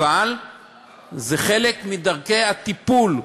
אבל זה חלק מדרכי הטיפול.